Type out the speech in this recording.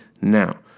now